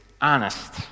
honest